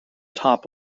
top